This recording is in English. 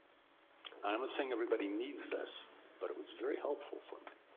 um saying everybody needs this but it was very helpful for me.